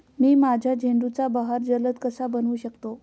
मी माझ्या झेंडूचा बहर जलद कसा बनवू शकतो?